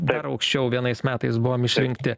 dar aukščiau vienais metais buvom išrinkti